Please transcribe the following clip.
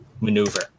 maneuver